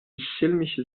schelmisches